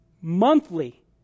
monthly